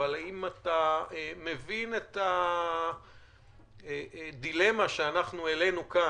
אבל האם אתה מבין את הדילמה שאנחנו העלינו כאן?